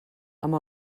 amb